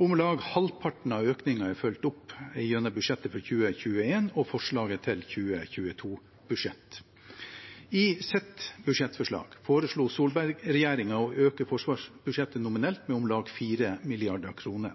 Om lag halvparten av økningen er fulgt opp gjennom budsjettet for 2021 og forslaget til 2022-budsjett. I sitt budsjettforslag foreslo Solberg-regjeringen å øke forsvarsbudsjettet nominelt med om